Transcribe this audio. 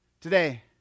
Today